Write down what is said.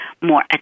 more